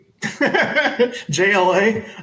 JLA